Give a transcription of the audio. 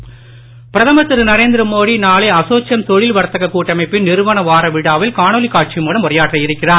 மோடி அசோச்சேம் பிரதமர் திரு நரேந்திர மோடி நாளை அசோச்சேம் தொழில் வர்த்தக கூட்டமைப்பின் நிறுவன வார விழாவில் காணொளி காட்சி மூலம் உரையாற்ற இருக்கிறார்